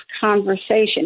conversation